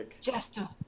Jester